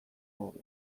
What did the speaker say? hobe